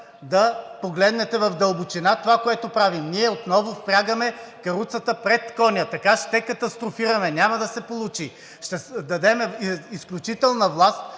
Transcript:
да погледнете в дълбочина това, което правим. Ние отново впрягаме каруцата пред коня. Така ще катастрофираме. Няма да се получи. Ще дадем изключителна власт